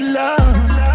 love